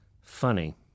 Funny